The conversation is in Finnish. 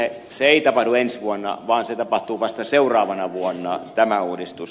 se ei tapahdu ensi vuonna vaan se tapahtuu vasta seuraavana vuonna tämä uudistus